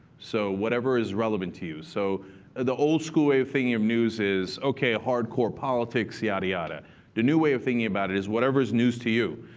so whatever is relevant to you. so ah the old school way of thinking of news is, ok, hardcore politics, yada yada. the new way of thinking about it is whatever is news to you.